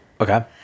Okay